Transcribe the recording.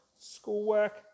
schoolwork